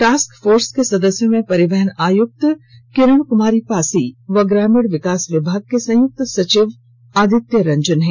task force के सदस्यों में परिवहन आयुक्त किरण कुमारी पासी व ग्रामीण विकास विभाग के संयुक्त सचिव आदित्य रंजन हैं